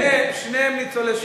שניהם ניצולי שואה.